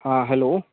हाँ हेलो